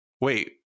wait